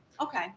Okay